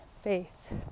faith